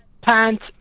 Pants